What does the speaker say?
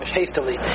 hastily